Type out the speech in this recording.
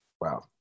Wow